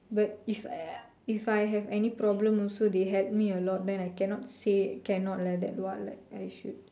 but if I if I have any problem also they help me a lot then I cannot say cannot like that what I should